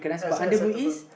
accep~ acceptable